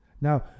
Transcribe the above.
Now